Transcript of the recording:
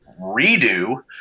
redo